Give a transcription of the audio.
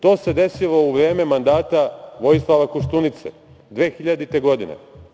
To se desilo u vreme mandata Vojislava Koštunice 2000. godine.